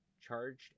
charged